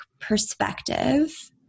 perspective